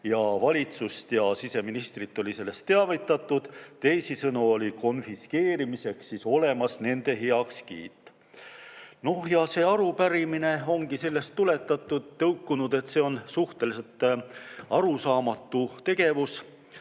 Valitsust ja siseministrit oli sellest teavitatud, teisisõnu oli konfiskeerimiseks olemas nende heakskiit. Ja see arupärimine ongi tõukunud sellest, et see on suhteliselt arusaamatu tegevus.